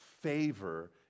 favor